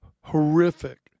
horrific